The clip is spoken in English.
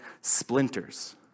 splinters